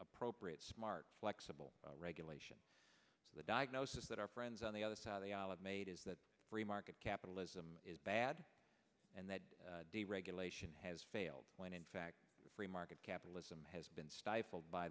appropriate smart flexible regular the diagnosis that our friends on the other side of the olive made is that free market capitalism is bad and that deregulation has failed when in fact the free market capitalism has been stifled by